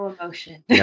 emotion